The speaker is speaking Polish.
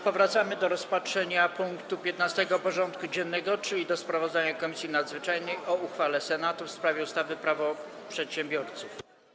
Powracamy do rozpatrzenia punktu 15. porządku dziennego: Sprawozdanie Komisji Nadzwyczajnej o uchwale Senatu w sprawie ustawy Prawo przedsiębiorców.